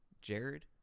Jared